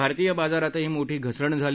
भारतीय बाजारातही मोठी घसरण झाली